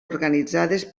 organitzades